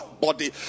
body